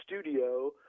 studio